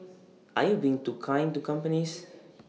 are you being too kind to companies